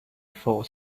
for